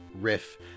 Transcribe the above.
riff